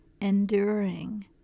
enduring